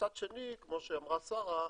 מצד שני, כמו שאמרה שרה,